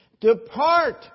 Depart